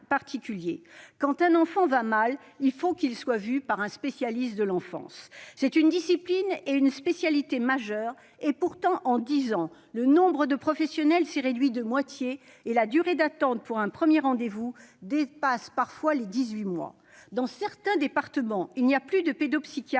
Quand un enfant va mal, il faut qu'il soit vu par un spécialiste de l'enfance. La pédopsychiatrie est une discipline et une spécialité majeures. Pourtant, en dix ans, le nombre de professionnels s'est réduit de moitié et la durée d'attente d'un premier rendez-vous dépasse parfois les dix-huit mois. Certains départements ne comptent plus aucun pédopsychiatre.